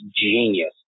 genius